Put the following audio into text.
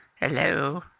Hello